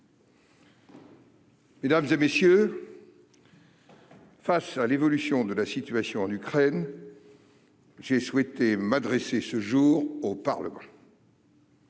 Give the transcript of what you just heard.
Mesdames, messieurs, « Face à l'évolution de la situation en Ukraine, j'ai souhaité m'adresser ce jour au Parlement.